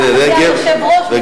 אדוני היושב-ראש, מיכאלי.